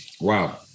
Wow